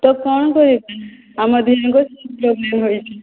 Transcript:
ତ କ'ଣ କହିବି ଆମ ଦୁଇ ଜଣଙ୍କ ସେମ ପ୍ରୋବ୍ଲେମ ଅଛି